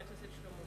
חבר הכנסת שלמה